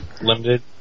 limited